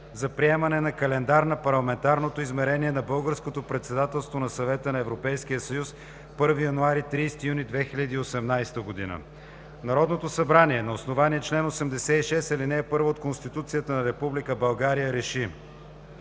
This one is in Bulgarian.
за приемане на Календар на Парламентарното измерение на Българското председателство на Съвета на Европейския съюз, 1 януари – 30 юни 2018 г. Народното събрание на основание чл. 86, ал. 1 от Конституцията на Република България РЕШИ: